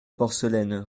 porcelaine